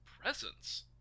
presence